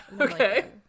Okay